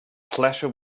pleasure